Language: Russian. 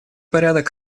порядок